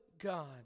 God